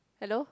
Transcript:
hello